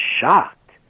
shocked